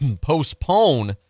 postpone